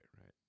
right